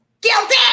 guilty